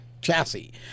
chassis